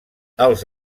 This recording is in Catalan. els